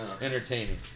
entertaining